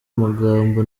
magambo